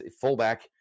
fullback